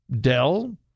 Dell